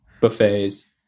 buffets